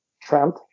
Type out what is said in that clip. Trent